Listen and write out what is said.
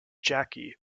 jackie